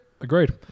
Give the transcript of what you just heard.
agreed